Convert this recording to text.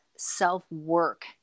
self-work